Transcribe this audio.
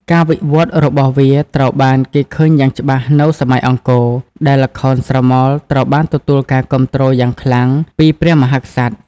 ការវិវត្តន៍របស់វាត្រូវបានគេឃើញយ៉ាងច្បាស់នៅសម័យអង្គរ ដែលល្ខោនស្រមោលត្រូវបានទទួលការគាំទ្រយ៉ាងខ្លាំងពីព្រះមហាក្សត្រ។